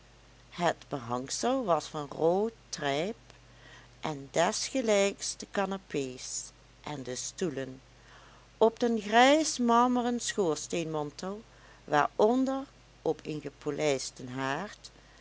het behangsel was van rood trijpt en desgelijks de canapé's en de stoelen op den grijsmarmeren schoorsteenmantel waaronder op een gepolijsten haard